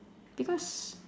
because